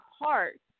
heart